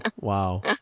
Wow